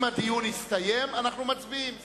אם הדיון הסתיים, אנו מצביעים.